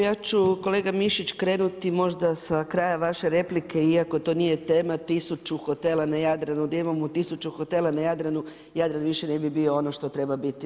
Ja ću kolega Mišić krenuti možda sa kraja vaše replike iako to nije tema, 1000 hotela na Jadranu, da imamo 1000 hotela na Jadranu, Jadran više ne bi bio ono što treba biti.